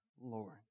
Lord